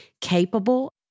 capable